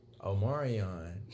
Omarion